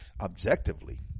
objectively